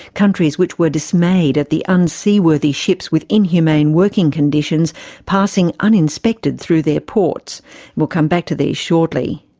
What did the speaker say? countries which were dismayed at the unseaworthy ships with inhumane working conditions passing uninspected through their ports we'll come back to these shortly.